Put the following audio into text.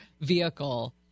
vehicle